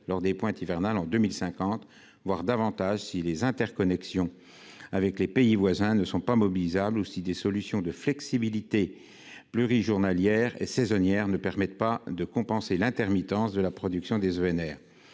lors des pointes hivernales en 2050 entre 30 et 50 gigawatts, voire davantage si les interconnexions avec les pays voisins n'étaient pas mobilisables ou si des solutions de flexibilité plurijournalières et saisonnières ne permettaient pas de compenser l'intermittence de la production des